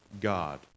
God